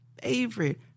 favorite